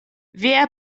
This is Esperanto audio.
via